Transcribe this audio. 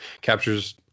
captures